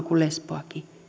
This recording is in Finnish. kuin lesboakin